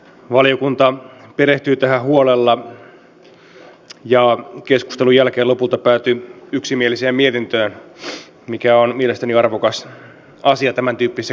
valiokunta perehtyi tähän huolella ja keskustelun jälkeen lopulta päätyi yksimieliseen mietintöön mikä on mielestäni arvokas asia tämäntyyppisissä kysymyksissä